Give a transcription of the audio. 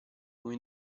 come